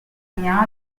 mia